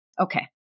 Okay